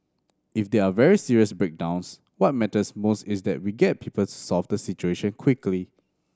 if there are very serious breakdowns what matters most is that we get people to solve the situation quickly